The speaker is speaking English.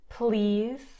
Please